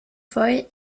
foy